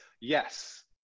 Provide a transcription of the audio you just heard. Yes